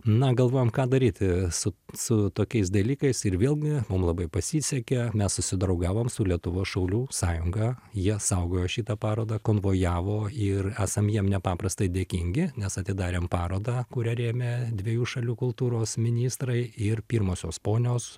na galvojom ką daryti su su tokiais dalykais ir vėlgi mum labai pasisekė mes susidraugavom su lietuvos šaulių sąjunga jie saugojo šitą parodą konvojavo ir esam jiem nepaprastai dėkingi nes atidarėm parodą kurią rėmė dviejų šalių kultūros ministrai ir pirmosios ponios